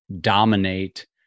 dominate